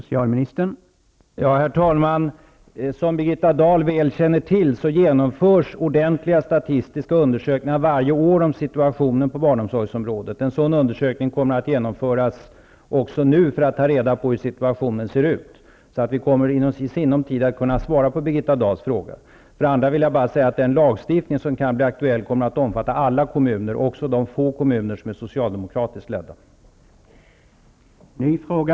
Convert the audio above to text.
Herr talman! Som Birgitta Dahl väl känner till genomförs det varje år ordentliga statistiska undersökningar om situationen på barnomsorgsområdet. En sådan undersökning kommer att genomföras också nu för att man skall kunna ta reda på hur situationen ser ut. Inom sinom tid kommer jag därför att kunna svara på Birgitta Dessutom kommer den lagstiftning som kan bli aktuell att omfatta alla kommuner, också de få kommuner som är socialdemokratiskt styrda.